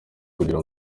kugira